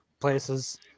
places